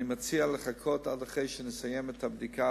אני מציע לחכות עד אחרי שנסיים את הבדיקה